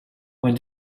when